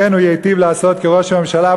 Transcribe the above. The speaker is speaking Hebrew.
כן הוא ייטיב לעשות כראש הממשלה,